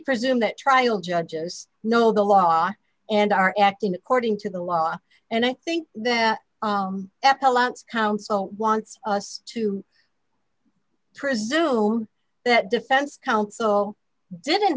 presume that trial judges know the law and are acting according to the law and i think that counsel wants us to presume that defense counsel didn't